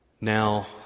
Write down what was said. Now